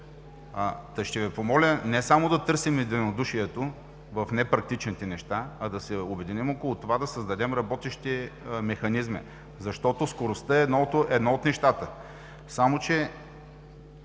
че ще Ви помоля не само да търсим единодушието в непрактичните неща, а да се обединим около това да създадем работещи механизми. Защото скоростта е едно от нещата.